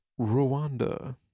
Rwanda